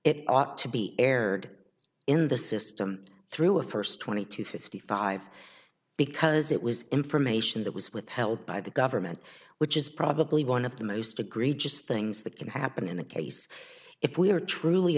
it ought to be aired in the system through a first twenty to fifty five because it was information that was withheld by the government which is probably one of the most egregious things that can happen in the case if we are truly